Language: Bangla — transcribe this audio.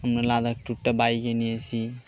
আমরা লাদাখে একটুটা বাইকে নিয়ে এসি